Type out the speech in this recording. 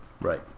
Right